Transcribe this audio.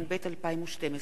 התשע"ב 2012,